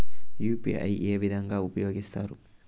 UPI ఏ విధంగా ఉపయోగిస్తారు?